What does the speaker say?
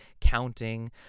counting